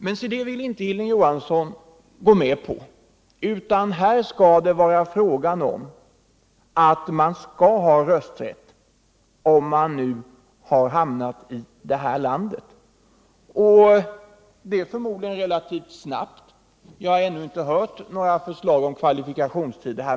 Men se det vill inte Hilding Johansson vara med på, utan här skall invandrare ha rösträtt om de har hamnat i detta land — och det förmodligen relativt snabbt. Jag har ännu inte hört något förslag om kvalifikationstiden för detta.